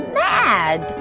mad